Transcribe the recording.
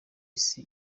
isi